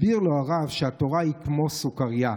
הסביר לו הרב שהתורה היא כמו סוכרייה,